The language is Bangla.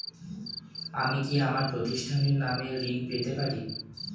আমি কি আমার প্রতিষ্ঠানের নামে ঋণ পেতে পারি?